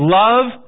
love